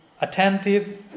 attentive